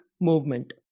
movement